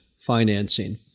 financing